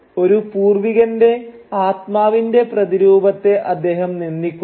ഒരു പൂർവികന്റെ ആത്മാവിന്റെ പ്രതിരൂപത്തെ അദ്ദേഹം നിന്ദിക്കുന്നു